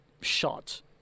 shot